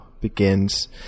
begins